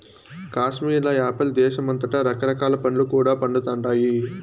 కాశ్మీర్ల యాపిల్ దేశమంతటా రకరకాల పండ్లు కూడా పండతండాయి